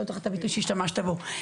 לא זוכרת בדיוק את הביטוי שהשתמשת בו.